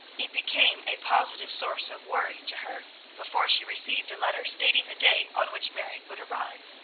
it became a positive source of worry to her before she received a letter stating the day on which marion would arrive.